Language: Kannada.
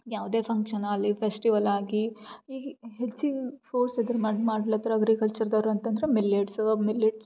ಯಾವುದೇ ಫಂಕ್ಷನಾಗ್ಲಿ ಫೆಸ್ಟಿವಲ್ಲಾಗಿ ಈಗ ಹೆಚ್ಚಿನ ಫೋರ್ಸ್ ಇದ್ರು ಮಾಡು ಮಾಡ್ಲತ್ತರ ಅಗ್ರಿಕಲ್ಚರ್ದವ್ರು ಅಂತಂದ್ರೆ ಮಿಲ್ಲೆಟ್ಸ್ ಮಿಲ್ಲೆಟ್ಸ್